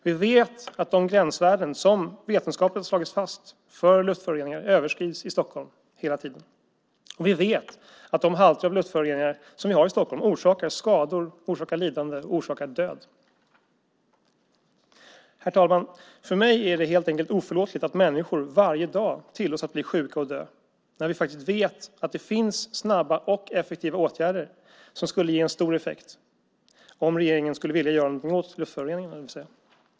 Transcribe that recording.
Vi vet att de gränsvärden för luftföroreningar som vetenskapen slagit fast hela tiden överskrids i Stockholm. Vi vet att de halter av luftföroreningar som vi har i Stockholm orsakar skador, lidande och död. Herr talman! Jag anser att det helt enkelt är oförlåtligt att människor varje dag tillåts bli sjuka och dö samtidigt som vi vet att det finns snabba och effektiva åtgärder som skulle ge stor effekt, om regeringen skulle vilja göra något åt luftföroreningarna vill säga.